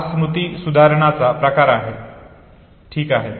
हा स्मृती सुधारणाचा प्रकार आहे ठीक आहे